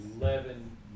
Eleven